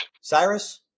Cyrus